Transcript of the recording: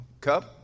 cup